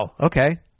Okay